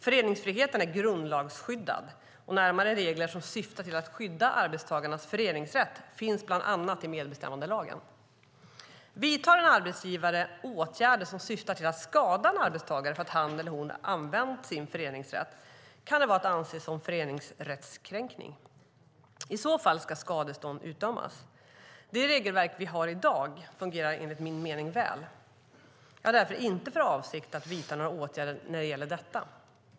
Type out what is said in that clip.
Föreningsfriheten är grundlagsskyddad och närmare regler som syftar till att skydda arbetstagarnas föreningsrätt finns bland annat i medbestämmandelagen. Vidtar en arbetsgivare åtgärder som syftar till att skada en arbetstagare för att han eller hon har använt sin föreningsrätt kan det vara att anse som en föreningsrättskränkning. I så fall kan skadestånd utdömas. Det regelverk vi har i dag fungerar enligt min mening väl. Jag har därför inte för avsikt att vidta några åtgärder när det gäller detta.